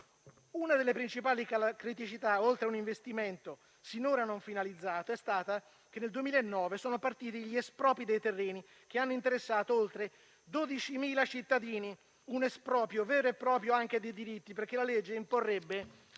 Una delle principali criticità, oltre a un investimento finora non finalizzato, è stata che nel 2009 sono partiti gli espropri dei terreni, che hanno interessato oltre 12.000 cittadini; un esproprio vero e proprio anche dei diritti, perché la legge imporrebbe